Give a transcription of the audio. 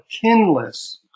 kinless